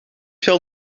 veel